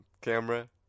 camera